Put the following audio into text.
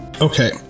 okay